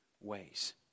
ways